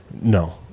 No